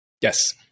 Yes